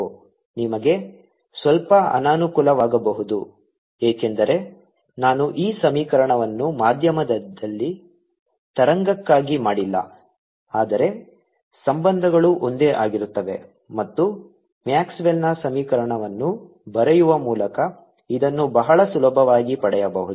BI BRBT EIv1 ERv1ETv2 ನಿಮಗೆ ಸ್ವಲ್ಪ ಅನಾನುಕೂಲವಾಗಬಹುದು ಏಕೆಂದರೆ ನಾನು ಈ ಸಮೀಕರಣವನ್ನು ಮಾಧ್ಯಮದಲ್ಲಿ ತರಂಗಕ್ಕಾಗಿ ಮಾಡಿಲ್ಲ ಆದರೆ ಸಂಬಂಧಗಳು ಒಂದೇ ಆಗಿರುತ್ತವೆ ಮತ್ತು ಮ್ಯಾಕ್ಸ್ವೆಲ್ನ ಸಮೀಕರಣವನ್ನು ಬರೆಯುವ ಮೂಲಕ ಇದನ್ನು ಬಹಳ ಸುಲಭವಾಗಿ ಪಡೆಯಬಹುದು